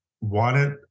wanted